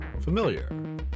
familiar